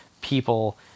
people